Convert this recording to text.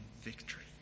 victory